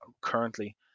currently